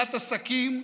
סגירת עסקים,